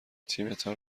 تیمتان